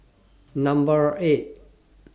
Number eight